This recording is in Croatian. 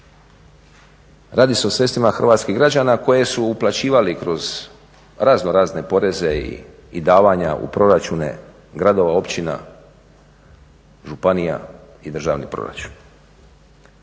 radi se o sredstvima hrvatskih građana koje su uplaćivali kroz razno razne poreze i davanja u proračune gradova, općina, županija i državni proračun.